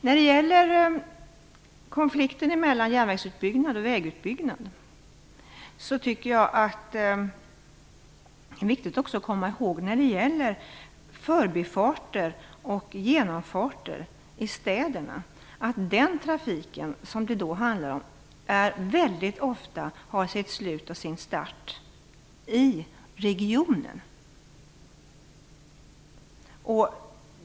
När det gäller förbifarter och genomfarter runt och i städerna är det viktigt att komma ihåg att den trafiken ofta har sitt slut och sin start i regionen.